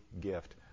gift